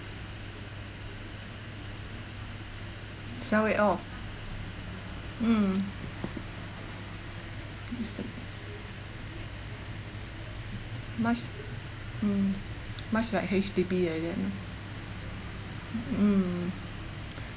sell it all mm much mm much like H_D_B lor mm